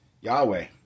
Yahweh